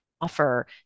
offer